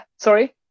Sorry